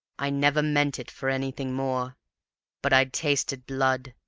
i never meant it for anything more but i'd tasted blood,